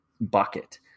bucket